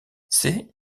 c’est